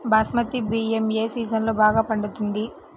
బాస్మతి బియ్యం ఏ సీజన్లో బాగా పండుతుంది?